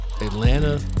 Atlanta